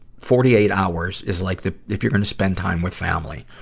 forty eight hours, is like the, if you're gonna spend time with family.